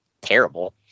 terrible